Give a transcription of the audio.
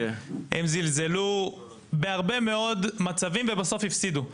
הם זלזלו בהרבה מאוד מצבים ובסוף הפסידו,